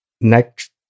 Next